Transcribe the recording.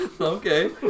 Okay